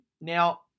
now